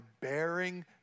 bearing